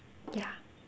yeah